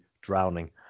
drowning